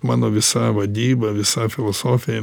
mano visa vadyba visa filosofija